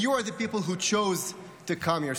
You are the people who chose to come here,